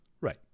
Right